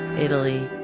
italy,